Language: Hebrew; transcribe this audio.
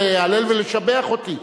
להלל ולשבח אותי.